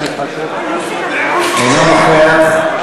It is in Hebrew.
אינו נוכח,